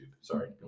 Sorry